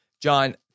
John